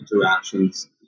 interactions